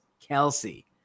Kelsey